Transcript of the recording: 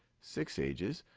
six ages.